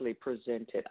presented